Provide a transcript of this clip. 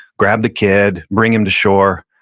grab the kid, bring him to shore,